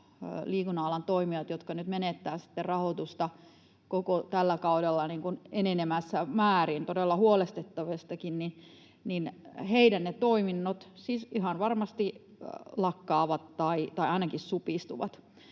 liikunta-alan toimijoiden — jotka nyt menettävät sitten rahoitusta koko tällä kaudella enenevässä määrin, todella huolestuttavastikin — toiminnot siis ihan varmasti lakkaavat tai ainakin supistuvat.